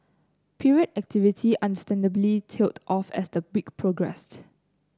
period activity understandably tailed off as the week progressed